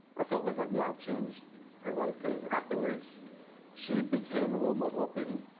i felt like i've yeah, i've changed her life, cause afterwards she became a little more open.